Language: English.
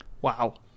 Wow